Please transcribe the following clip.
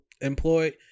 employed